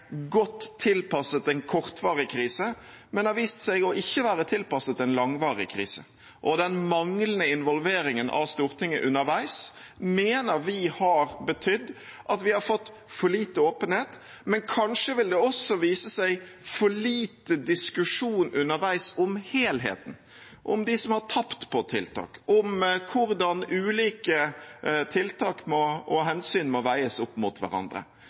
godt tilpasset en kortvarig krise, men som har vist seg ikke å være tilpasset en langvarig krise. Den manglende involveringen av Stortinget underveis mener vi har betydd at vi har fått for lite åpenhet, men kanskje vil det også vise seg at vi har fått for lite diskusjon underveis om helheten – om de som har tapt på tiltak, om hvordan ulike tiltak og hensyn må veies opp mot hverandre.